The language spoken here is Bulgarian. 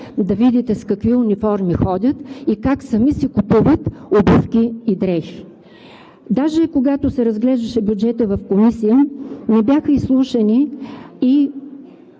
да видите с какви униформи ходят и как сами си купуват обувки и дрехи? Даже и когато се разглеждаше бюджетът в Комисията, не бяха изслушани